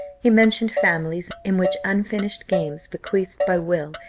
he mentioned families, in which unfinished games, bequeathed by will,